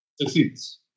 succeeds